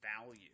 value